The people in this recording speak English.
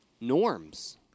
norms